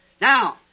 Now